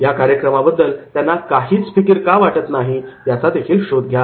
या कार्यक्रमाबद्दल त्यांना काहीच फिकीर का वाटत नाही याचा शोध घ्या